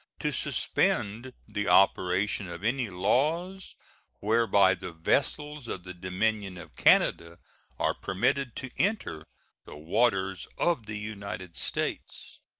to suspend the operation of any laws whereby the vessels of the dominion of canada are permitted to enter the waters of the united states.